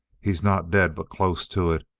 he's not dead but close to it.